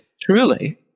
Truly